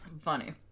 Funny